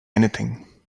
anything